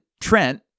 Trent